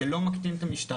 זה לא מקטין את המשטרה.